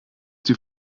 die